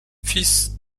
fils